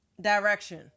direction